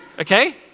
Okay